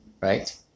right